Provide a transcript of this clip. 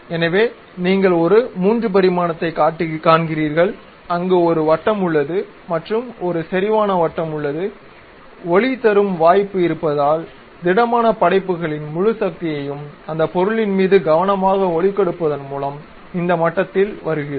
எனவே நீங்கள் ஒரு 3 பரிமாணத்தைக் காண்கிறீர்கள் அங்கு ஒரு வட்டம் உள்ளது மற்றும் ஒரு செறிவான வட்டம் உள்ளது ஒளி தரும் வாய்ப்பு இருப்பதால் திடமான படைப்புகளின் முழு சக்தியும் அந்த பொருளின் மீது கவனமாக ஒளி கொடுப்பதன் மூலம் இந்த மட்டத்தில் வருகிறது